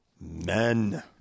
men